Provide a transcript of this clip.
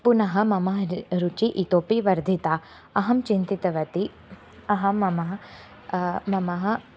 पुनः मम रुचिः इतोपि वर्धिता अहं चिन्तितवती अहं मम मम